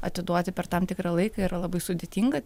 atiduoti per tam tikrą laiką yra labai sudėtinga